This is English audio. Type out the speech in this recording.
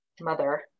mother